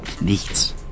nichts